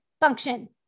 function